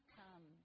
come